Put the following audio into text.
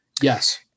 Yes